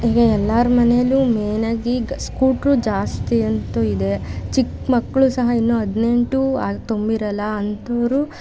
ಈಗ ಎಲ್ಲರ ಮನೆಯಲ್ಲೂ ಮೇಯ್ನಾಗಿ ಗ ಸ್ಕೂಟ್ರು ಜಾಸ್ತಿ ಅಂತೂ ಇದೆ ಚಿಕ್ಕ ಮಕ್ಕಳು ಸಹ ಇನ್ನೂ ಹದಿನೆಂಟು ತುಂಬಿರೋಲ್ಲ ಅಂಥೋರು